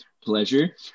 pleasure